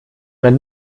man